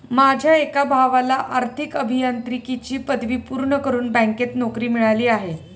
माझ्या एका भावाला आर्थिक अभियांत्रिकीची पदवी पूर्ण करून बँकेत नोकरी मिळाली आहे